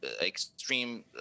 extreme